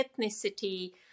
ethnicity